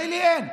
ישראלי אין.